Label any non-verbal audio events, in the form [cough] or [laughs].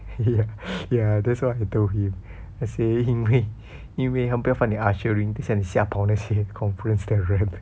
[laughs] ya that's what I told him I say 因为他们不要放你 usher 因为等下你下跑那些 conference 的人